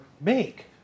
make